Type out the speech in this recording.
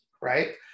right